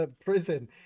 prison